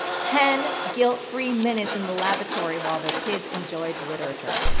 ten guilt-free minutes in the lavatory while their kids enjoyed literature.